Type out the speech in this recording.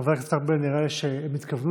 חבר הכנסת ארבל, נראה לי שהם התכוונו